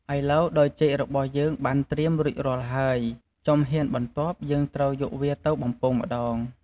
ឥឡូវដោយចេករបស់យើងបានត្រៀមរួចរាល់ហើយ ជំហានបន្ទាប់យើងត្រូវយកវាទៅបំពងម្ដង។